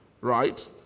right